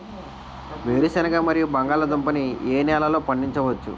వేరుసెనగ మరియు బంగాళదుంప ని ఏ నెలలో పండించ వచ్చు?